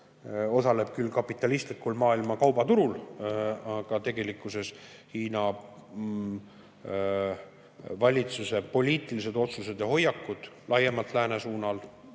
osaleb küll kapitalistliku maailma kaubaturul, aga tegelikkuses Hiina valitsuse poliitilised otsused ja hoiakud laiemalt lääne suunal